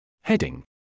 Heading